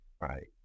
right